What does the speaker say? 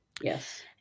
yes